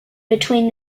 between